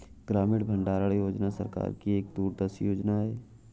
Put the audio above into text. ग्रामीण भंडारण योजना सरकार की एक दूरदर्शी योजना है